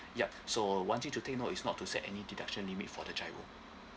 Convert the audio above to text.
yup so want you to take note is not to set any deduction limit for the giro